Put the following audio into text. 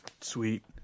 Sweet